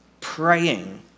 Praying